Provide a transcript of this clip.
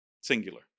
Singular